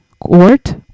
court